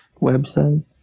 website